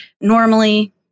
normally